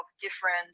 different